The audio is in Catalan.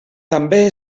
també